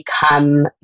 become